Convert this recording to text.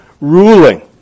ruling